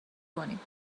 کنیم